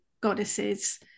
goddesses